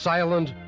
Silent